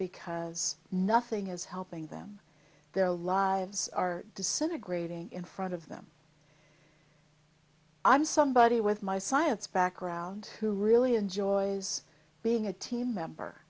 because nothing is helping them their lives are disintegrating in front of them i'm somebody with my science background who really enjoys being a team member